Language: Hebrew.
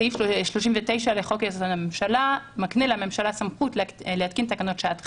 סעיף 39 לחוק יסוד: הממשלה מקנה לממשלה סמכות להתקין תקנות שעת חירום,